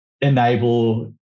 enable